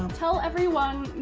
um tell everyone